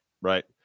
right